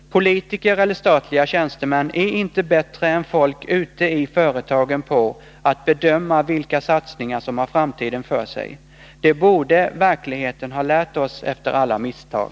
Politiker eller statliga tjänstemän är inte bättre än folk ute i företagen på att bedöma vilka satsningar som har framtiden för sig. Det borde verkligheten ha lärt oss efter alla misstag!